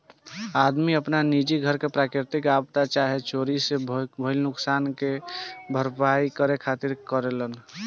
आदमी आपन निजी घर के प्राकृतिक आपदा चाहे चोरी से भईल नुकसान के भरपाया करे खातिर करेलेन